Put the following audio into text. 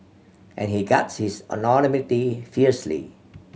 and he guards his anonymity fiercely